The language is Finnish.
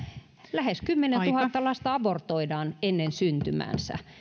lähes kymmenentuhatta lasta abortoidaan ennen syntymäänsä